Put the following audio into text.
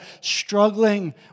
struggling